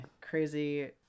crazy